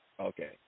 Okay